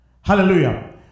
hallelujah